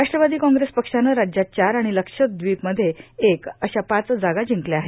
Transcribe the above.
राष्ट्रवादो Congress पक्षानं राज्यात चार आर्गाण लक्षदवीपमध्ये एक अशा पाच जागा जिंकल्या आहेत